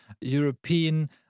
European